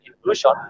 inclusion